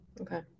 Okay